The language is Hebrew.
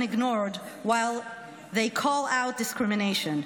ignored when they call out discrimination.